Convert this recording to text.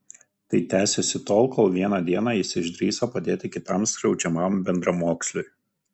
tai tęsėsi tol kol vieną dieną jis išdrįso padėti kitam skriaudžiamam bendramoksliui